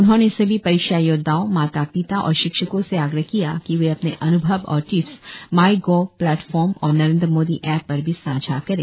उन्होंने सभी परीक्षा योद्वाओं माता पिता और शिक्षकों से आग्रह किया कि वे अपने अनुभव और टिप्स माईगॉव प्लेटफॉर्म और नरेन्द्र मोदी ऐप पर साझा करें